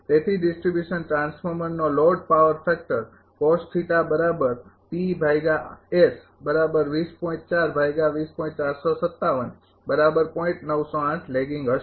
તેથી ડિસ્ટ્રિબ્યુશન ટ્રાન્સફોર્મરનો load power factor હશે